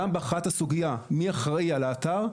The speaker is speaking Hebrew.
גם בהכרעת הסוגייה מי אחראי על האתר,